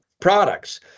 products